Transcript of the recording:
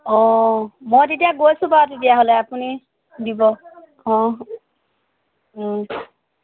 অঁ মই তেতিয়া গৈছোঁ বাৰু তেতিয়াহ'লে আপুনি দিব অঁ